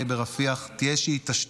תהיה איזושהי התעשתות.